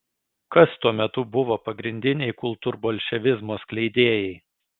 kas tuo metu buvo pagrindiniai kultūrbolševizmo skleidėjai